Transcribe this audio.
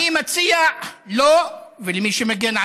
אני מציע לו ולמי שמגן עליו,